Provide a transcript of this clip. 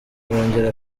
arongera